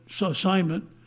assignment